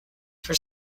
for